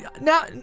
now